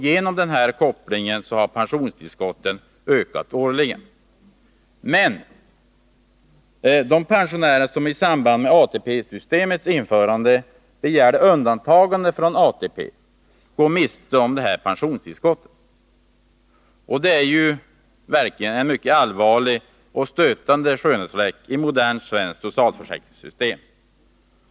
Genom den kopplingen har pensionstillskotten ökat årligen. Men de pensionärer som i samband med ATP-systemets införande begärde undantagande från ATP går miste om detta pensionstillskott. Detta är just en mycket allvarlig och stötande skönhetsfläck i modernt svenskt socialförsäkringssystem.